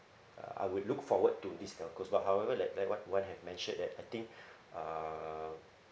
uh I would look forward to this but however like like what Wan have mentioned that I think uh